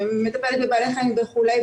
מטפלת בבעלי חיים וכולי,